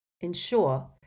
ensure